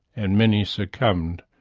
and many succumbed.